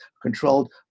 controlled